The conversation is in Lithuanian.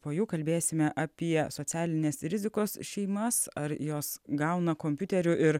po jų kalbėsime apie socialinės rizikos šeimas ar jos gauna kompiuterių ir